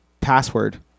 password